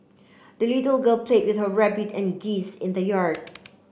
the little girl played with her rabbit and geese in the yard